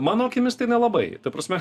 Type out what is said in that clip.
mano akimis tai nelabai ta prasme